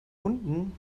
unten